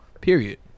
period